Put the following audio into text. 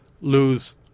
lose